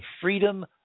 Freedom